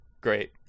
great